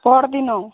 ପହରଦିନ